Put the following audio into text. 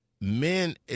men